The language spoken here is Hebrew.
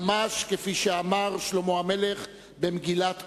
ממש כפי שאמר שלמה המלך במגילת קהלת: